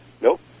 Nope